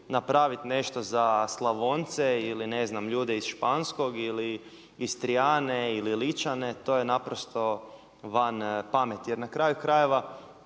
napraviti nešto za Slavonce ili ne znam ljude iz Španskog ili Istrijane ili Ličane to je naprosto van pameti. Jer na kraju krajeva